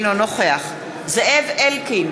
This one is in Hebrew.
אינו נוכח זאב אלקין,